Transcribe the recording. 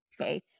Okay